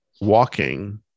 walking